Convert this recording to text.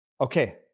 Okay